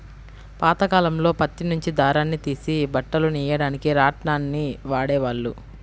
పాతకాలంలో పత్తి నుంచి దారాన్ని తీసి బట్టలు నెయ్యడానికి రాట్నాన్ని వాడేవాళ్ళు